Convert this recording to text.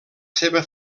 seva